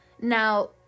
Now